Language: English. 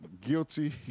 guilty